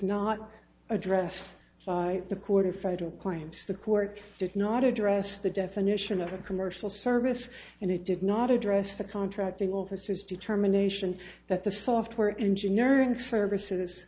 not addressed by the court of federal claims the court did not address the definition of a commercial service and it did not address the contracting office's determination that the software engineering services